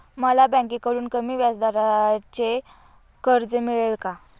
मला बँकेकडून कमी व्याजदराचे कर्ज मिळेल का?